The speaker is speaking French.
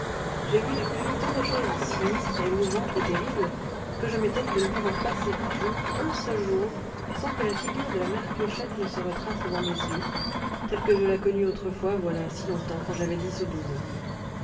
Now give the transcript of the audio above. j'ai vu depuis tant de choses sinistres émouvantes ou terribles que je m'étonne de ne pouvoir passer un jour un seul jour sans que la figure de la mère clochette ne se retrace devant mes yeux telle que je la connus autrefois voilà si longtemps quand j'avais dix ou douze ans